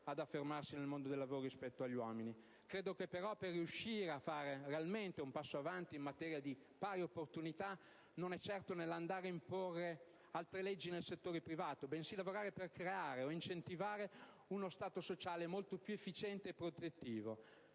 ad affermarsi nel mondo del lavoro rispetto agli uomini. Credo però che un modo per riuscire a fare realmente un passo in avanti in materia di pari opportunità non sia certo quello di andare ad imporre altre leggi nel settore privato: come invece lavorare per creare, o incentivare, uno Stato sociale molto più efficiente e protettivo,